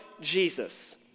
Jesus